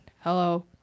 hello